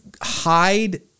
hide